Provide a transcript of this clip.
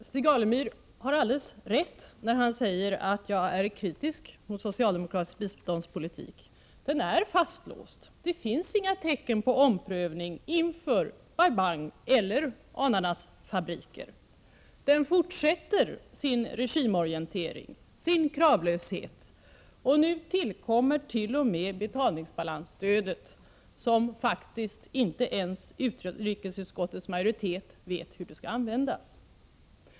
Fru talman! Stig Alemyr har alldeles rätt när han säger att jag är kritisk mot socialdemokratisk biståndspolitik. Den är fastlåst. Det finns inget tecken på omprövning inför Bai Bang eller ananasfabriker. Den fortsätter sin regimorientering, sin kravlöshet. Nu tillkommer t.o.m. betalningsbalansstödet, som faktiskt inte ens utrikesutskottets majoritet vet hur det skall användas!